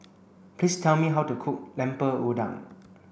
please tell me how to cook Lemper Udang